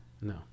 No